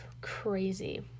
crazy